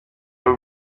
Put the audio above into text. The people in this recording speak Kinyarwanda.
rw’u